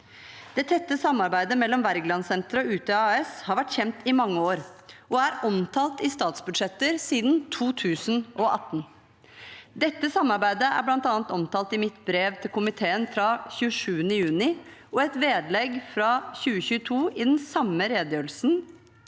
Det tette samarbeidet mellom Wergelandsenteret og Utøya AS har vært kjent i mange år og er omtalt i statsbudsjetter siden 2018. Dette samarbeidet er bl.a. omtalt i mitt brev til komiteen fra 27. juni og i et vedlegg fra 2022, som i den samme redegjørelsen